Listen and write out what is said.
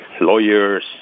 lawyers